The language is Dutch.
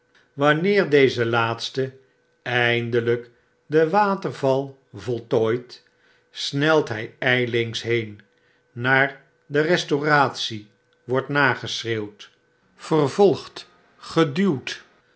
wanneer deze laatste eindelyk den waterval voltooit snelt hij ijlings heen naar de restauratie wordt nageschreeuwd vervolgd geduwd